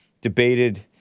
debated